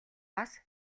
бас